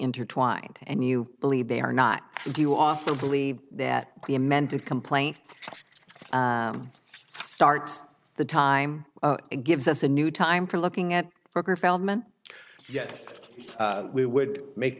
intertwined and you believe they are not if you also believe that the amended complaint starts the time it gives us a new time for looking at for feldman yet we would make